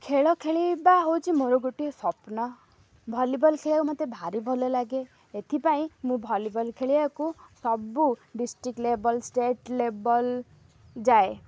ଖେଳ ଖେଳିବା ହେଉଛି ମୋର ଗୋଟିଏ ସ୍ୱପ୍ନ ଭଲିବଲ୍ ଖେଳିବାକୁ ମତେ ଭାରି ଭଲ ଲାଗେ ଏଥିପାଇଁ ମୁଁ ଭଲିବଲ୍ ଖେଳିବାକୁ ସବୁ ଡିଷ୍ଟ୍ରିକ୍ ଲେବଲ୍ ଷ୍ଟେଟ୍ ଲେବଲ୍ ଯାଏ